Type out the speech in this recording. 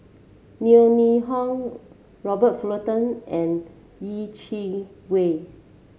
Yeo Ning Hong Robert Fullerton and Yeh Chi Wei